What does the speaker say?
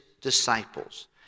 disciples